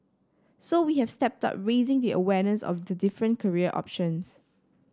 so we have stepped up raising the awareness of the different career options